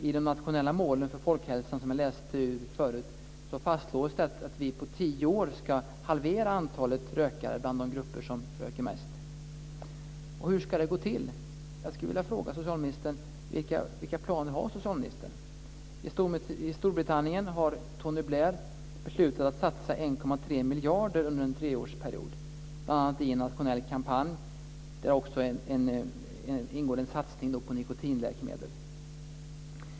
I de nationella målen för folkhälsan som jag läste ur förut fastslås det att vi på tio år ska halvera antalet rökare bland de grupper som röker mest. Hur ska det gå till? Jag skulle vilja fråga socialministern vilka planer han har. I Storbritannien har Tony Blair beslutat att satsa 1,3 miljarder under en treårsperiod, bl.a. på en nationell kampanj där det också ingår en satsning på nikotinläkemedel.